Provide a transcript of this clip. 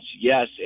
Yes